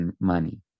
money